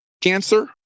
cancer